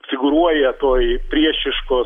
figūruoja toj priešiškos